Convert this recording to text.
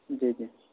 جی جی